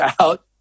out